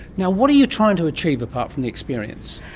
yeah what are you trying to achieve, apart from the experience?